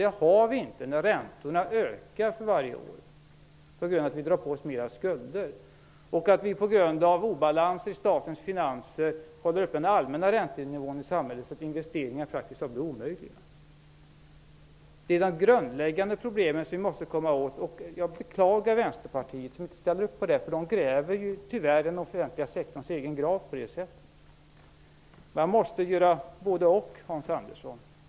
Det har vi inte när räntorna ökar för varje år på grund av att vi drar på oss mer skulder och att vi på grund av obalans i statens finanser håller uppe den allmänna räntenivån i samhället, så att investeringar praktiskt taget blir omöjliga. Det är de grundläggande problemen vi måste komma åt. Jag beklagar Vänsterpartiet som inte ställer upp på det. De gräver tyvärr den offentliga sektorns egen grav på det sättet. Man måste göra både och, Hans Andersson.